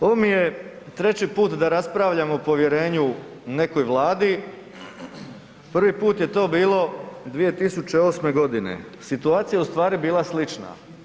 Ovo mi je treći put da raspravljamo o povjerenju nekoj Vladi, prvi put je to bilo 2008. g., situacija je ustvari bila slična.